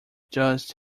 just